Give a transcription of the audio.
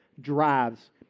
drives